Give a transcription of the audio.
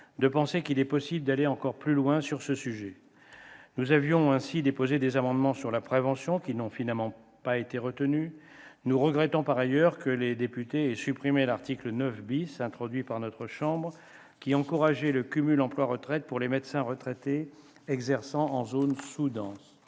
de penser qu'il est possible d'aller encore plus loin sur ce sujet. Nous avions ainsi déposé des amendements relatifs à la prévention qui n'ont finalement pas été retenus. Nous regrettons par ailleurs que les députés aient supprimé l'article 9 , introduit par notre chambre, qui encourageait le cumul emploi-retraite pour les médecins retraités exerçant en zone sous-dense.